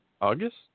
August